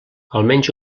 almenys